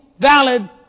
valid